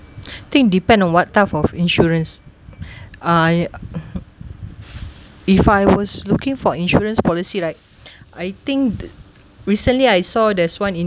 think depends on what type of insurance uh if I was looking for insurance policy right I think recently I saw there's one in